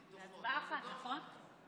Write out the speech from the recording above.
ההצעה להעביר את הצעת חוק העונשין (תיקון מס' 143)